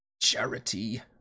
charity